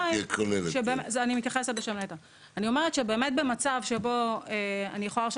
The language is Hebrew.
אני אומרת שבאמת במצב שבו אני יכולה להרשות